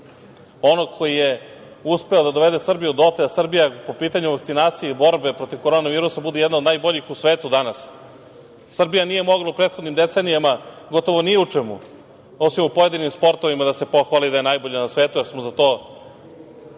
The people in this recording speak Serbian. onog koji je uspeo da dovede Srbiju dotle da Srbija po pitanju vakcinacije i borbe protiv korona virusa bude jedan od najboljih u svetu danas. Srbija nije mogla u prethodnim decenijama gotovo ni u čemu, osim u pojedinim sportovima da se pohvali da je najbolja u svetu, jer smo za to